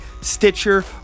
Stitcher